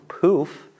Poof